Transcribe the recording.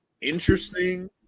interesting